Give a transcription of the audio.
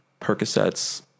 Percocets